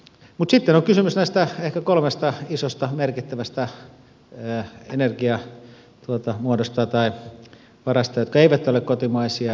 mutta sitten on kysymys näistä ehkä kolmesta isosta merkittävästä energiamuodosta tai varasta jotka eivät ole kotimaisia